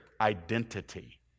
identity